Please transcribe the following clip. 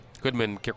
Goodman